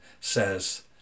says